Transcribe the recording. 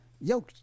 yo